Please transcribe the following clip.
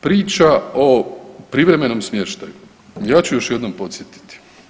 Priča o privremenom smještaju, ja ću još jednom podsjetiti.